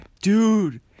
Dude